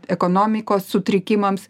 ekonomikos sutrikimams